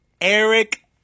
Eric